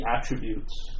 attributes